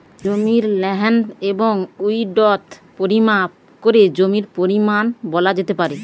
জমির লেন্থ এবং উইড্থ পরিমাপ করে জমির পরিমান বলা যেতে পারে